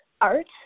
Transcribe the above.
art